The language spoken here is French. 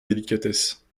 délicatesse